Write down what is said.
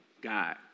God